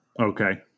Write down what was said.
Okay